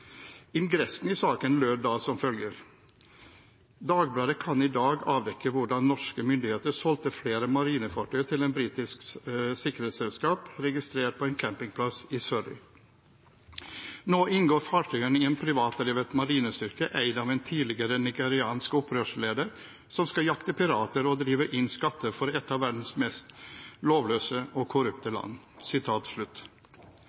Ingressen i saken lød da som følger: «Dagbladet kan i dag avdekke hvordan norske myndigheter solgte flere marinefartøy til et britisk sikkerhetsselskap registrert på en campingplass i Surrey. Nå inngår fartøyene i en privatdrevet marinestyrke eid av en tidligere nigeriansk opprørsleder som skal jakte pirater og drive inn skatter for et av verdens mest lovløse og korrupte